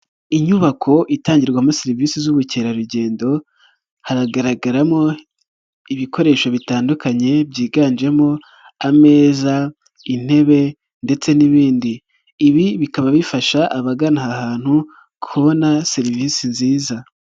Inyubako itangirwamo serivise z'ubukerarugendo haragaragaramo ibikoresho bitandukanye byiganjemo ameza, intebe ndetse n'ibindi. Ibi bikaba bifasha abagana aha hantu kubona serivise nziza.